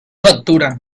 factura